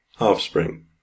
offspring